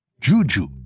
Juju